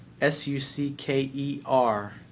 S-U-C-K-E-R